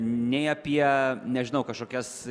nei apie nežinau kažkokias